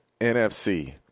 NFC